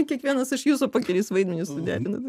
kiekvienas iš jūsų po kelis vaidmenis suderindami